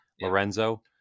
Lorenzo